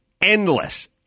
endless